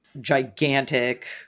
gigantic